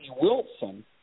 Wilson